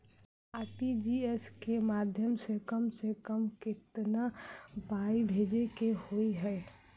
RTGS केँ माध्यम सँ कम सऽ कम केतना पाय भेजे केँ होइ हय?